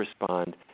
respond